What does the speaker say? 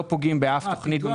לא פוגעים באף תוכנית.